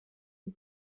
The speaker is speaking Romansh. dil